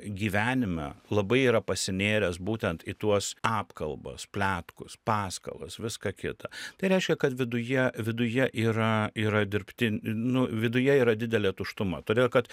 gyvenime labai yra pasinėręs būtent į tuos apkalbas pletkus paskalas viską kita tai reiškia kad viduje viduje yra yra dirbtin nu viduje yra didelė tuštuma todėl kad